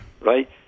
Right